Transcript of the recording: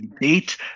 date